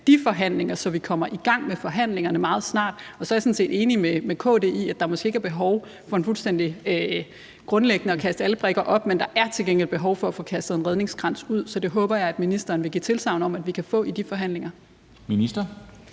de forhandlinger, så vi kommer i gang med forhandlingerne meget snart. Og så er jeg sådan set enig med KD i, at der måske ikke er behov for fuldstændig grundlæggende at kaste alle brikker op i luften, men der er til gengæld behov for at få kastet en redningskrans ud. Så det håber jeg ministeren vil give tilsagn om vi kan få i de forhandlinger.